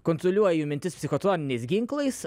kontroliuoja jų mintis psichotroniniais ginklais